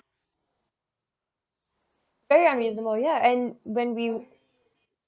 very unreasonable yeah and when we